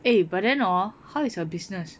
eh but then hor how is her business